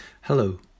Hello